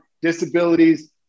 disabilities